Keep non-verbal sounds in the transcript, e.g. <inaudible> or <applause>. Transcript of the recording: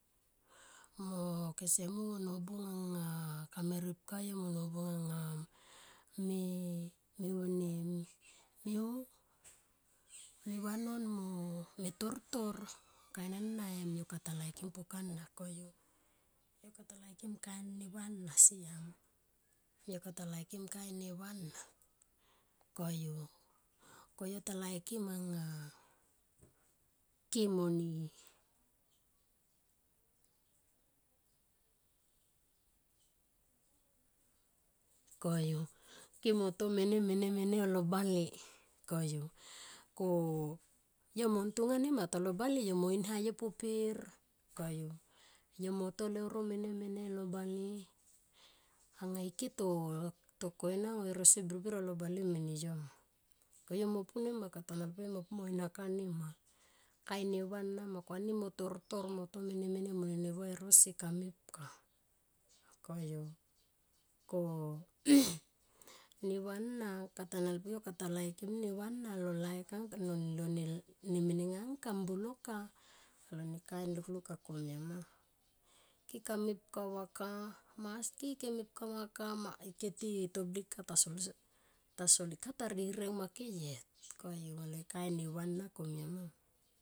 Mo kesemungo nebung anga kame ripka yo mo nobung anga me, me honi mo ho me vanon mo me tortor kain ana em yokata laikim pukana koyu. Yokata laikim kain neva ana siam yokata laikim kain neva ana koyu. Koyo ta laikim anga kemone koyu kemone tomene mene, mene yo lo bale koyu ko yomo tonga lo bale per yomo inhayo poper koyu yomoto leuro mene, mene alo bale anga ike to koinangoi e rosi birbir alo bale mene yoma ko yo mo pu nema katanalpuyo mopumo inhaka nema kain neva anama ko kain ani mone tortor mo nene buai e rosi kamepka koyu ko <noise> neva ana katanalpu yo kata laikim neva ana lo laik angka lone menengka lo bulolka do ne kain lukluk anga komia anama. Kekamepka raka maski keme pkavaka iketi to blik ka tasol katarirng make yet koyu anga lone kain neva komia nama.